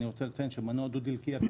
אני רוצה להסביר : "מנוע דו-דלקי" הוא